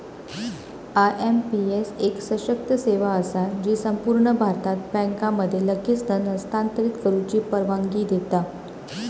IMPS एक सशक्त सेवा असा जी संपूर्ण भारतात बँकांमध्ये लगेच धन हस्तांतरित करुची परवानगी देता